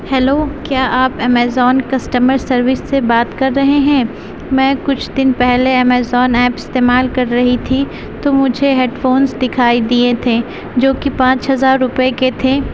hello کیا آپ Amazon customer service سے بات کر رہے ہیں میں کچھ دن پہلے امیزون ایپ استعمال کر رہی تھی تو مجھے ہیڈ فونس دکھائی دیے تھے جو کہ پانچ ہزار روپے کے تھے